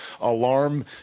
Alarm